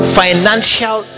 financial